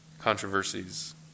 controversies